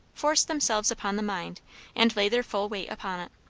force themselves upon the mind and lay their full weight upon it.